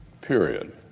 Period